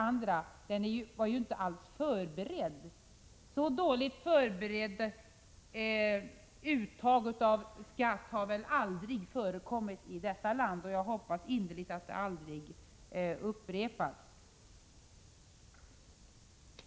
Skatten har inte heller alls förberetts — ett så dåligt förberett uttag av skatt har väl aldrig förekommit i detta land, och jag hoppas innerligt att det aldrig upprepas.